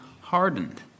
hardened